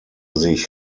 sich